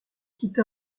quitta